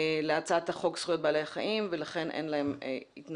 להצעת חוק זכויות בעלי חיים ולכן אין להם התנגדות